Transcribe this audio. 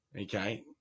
Okay